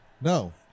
No